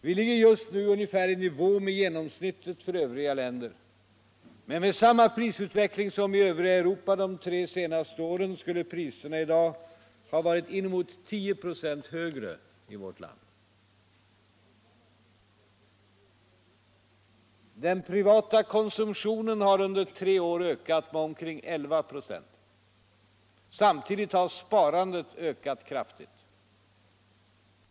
Vi ligger just nu ungefär i nivå med genomsnittet för övriga länder. Men med samma prisutveckling som i övriga Europa de senaste tre åren skulle priserna i dag ha varit inemot 10 96 högre i vårt land. Den privata konsumtionen har under tre år ökat med omkring 11 96. Samtidigt har sparandet ökat kraftigt.